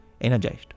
energized